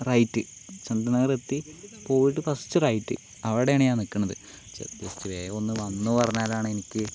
right Chandranagar എത്തി പോയിട്ട് first right അവിടേണ് ഞാൻ നിക്കണത് ജസ്റ്റ് വേഗോന്ന് വന്നൂ പറഞ്ഞാലാണെനിക്ക്